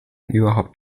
überhaupt